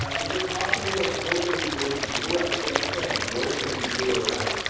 ah is it possible that georgia lee bush blew afghanistan worse than he blew iraq